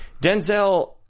Denzel